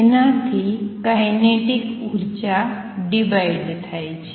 જેનાથી કાઇનેટિક ઉર્જા ડિવાઈડ થાય છે